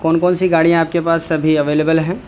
کون کون سی گاڑیاں آپ کے پاس ابھی اویلیبل ہیں